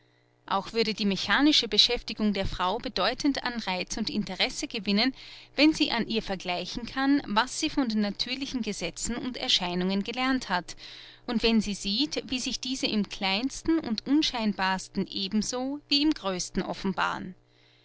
auch würde die mechanische beschäftigung der frau bedeutend an reiz und interesse gewinnen wenn sie an ihr vergleichen kann was sie von den natürlichen gesetzen und erscheinungen gelernt hat und wenn sie sieht wie sich diese im kleinsten und unscheinbarsten ebenso wie im größten offenbaren